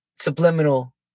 subliminal